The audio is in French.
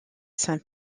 saint